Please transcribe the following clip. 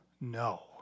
no